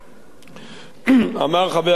אמר חבר הכנסת חנין: